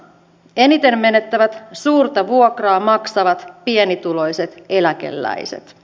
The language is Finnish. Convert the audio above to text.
eniten menettävät suurta vuokraa maksavat pienituloiset eläkeläiset